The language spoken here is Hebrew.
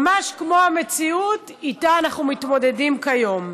ממש כמו המציאות שאיתה אנו מתמודדים כיום,